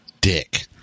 Dick